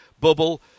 bubble